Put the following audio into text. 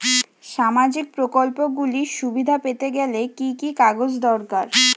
সামাজীক প্রকল্পগুলি সুবিধা পেতে গেলে কি কি কাগজ দরকার?